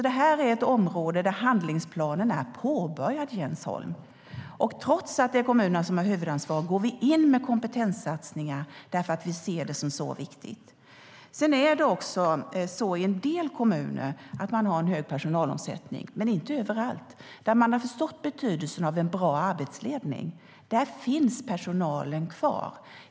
Detta är alltså ett område där handlingsplanen är påbörjad, Jens Holm. Trots att det är kommunerna som har huvudansvaret går vi in med kompetenssatsningar eftersom vi ser det som så viktigt. I en del kommuner har man en hög personalomsättning, men inte överallt. Där man har förstått betydelsen av en bra arbetsledning finns personalen kvar.